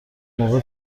موقع